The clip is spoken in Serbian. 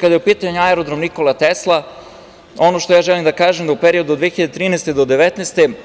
Kada je u pitanju aerodrom „Nikola Tesla“, ono što ja želim da kažem je da se u periodu od 2013. do 2019. godine